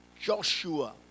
Joshua